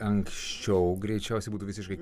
ansčiau greičiausiai būtų visiškai